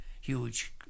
huge